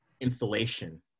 insulation